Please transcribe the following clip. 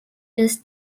ist